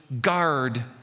guard